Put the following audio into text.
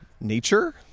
nature